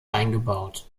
eingebaut